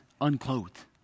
unclothed